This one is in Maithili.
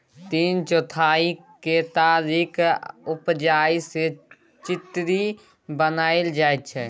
तीन चौथाई केतारीक उपजा सँ चीन्नी बनाएल जाइ छै